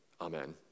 Amen